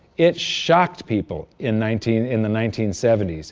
it shocked people in nineteen in the nineteen seventy s.